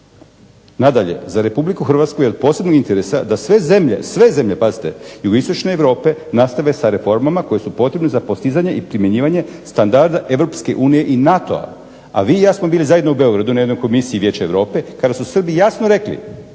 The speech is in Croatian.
Nadalje za Republiku Hrvatsku je od posebnih interesa da sve zemlje, sve zemlje pazite jugoistočne Europe nastave sa reformama koje su potrebne za postizanje i primjenjivanje standarda Europske unije i NATO-a, a vi i ja smo bili zajedno u Beogradu na jednoj komisiji Vijeća Europe kada su Srbi jasno rekli